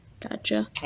Gotcha